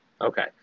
Okay